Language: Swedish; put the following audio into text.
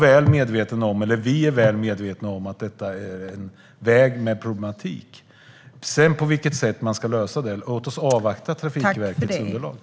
Vi är väl medvetna om att detta är en väg med problematik. Låt oss avvakta Trafikverkets underlag innan vi tar ställning till hur vi ska lösa den.